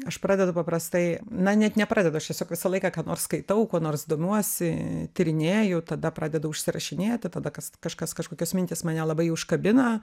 aš pradedu paprastai na net nepradedu aš tiesiog visą laiką ką nors skaitau kuo nors domiuosi tyrinėju tada pradedu užsirašinėti tada kas kažkas kažkokios mintys mane labai užkabina